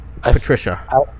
Patricia